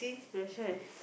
that's why